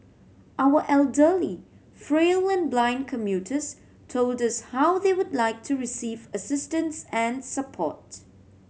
our elderly frail and blind commuters told us how they would like to receive assistance and support